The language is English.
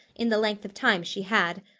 in the length of time she had.